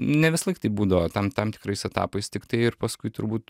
ne visąlaik taip būdavo tam tam tikrais etapais tiktai ir paskui turbūt